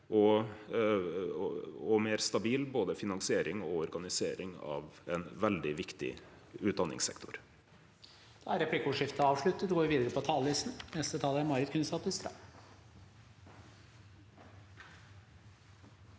og meir stabil både finansiering og organisering av ein veldig viktig utdanningssektor.